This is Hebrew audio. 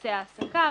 נושא ההעסקה.